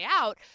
out